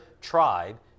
tribe